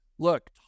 Look